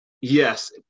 Yes